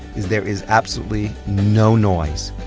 is there is absolutely no noise.